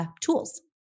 Tools